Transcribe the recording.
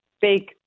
big